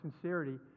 sincerity